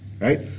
right